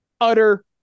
utter